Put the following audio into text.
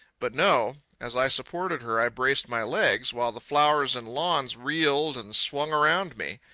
but no. as i supported her i braced my legs, while the flowers and lawns reeled and swung around me.